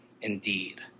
indeed